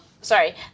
sorry